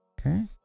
okay